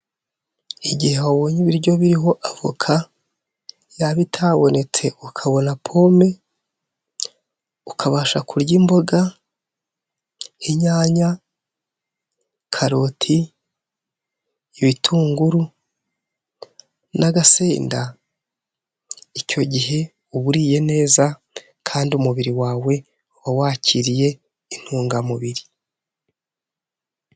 Igihe wabonye ibiryo biriho avoka yaba itabonetse ukabona pome ukabasha kurya imboga, inyanya, karoti, ibitunguru, n'agasenda icyo gihe uba uriye neza kandi umubiri wawe uba wakiriye intunga mubiri.